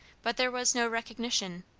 but there was no recognition.